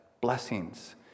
blessings